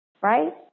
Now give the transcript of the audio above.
Right